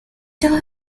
her